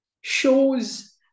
shows